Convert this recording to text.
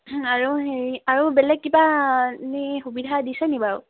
আৰু হেৰি আৰু বেলেগ কিবা ইনেই সুবিধা দিছে নেকি বাৰু